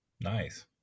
Nice